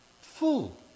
full